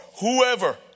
whoever